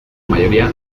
mayoría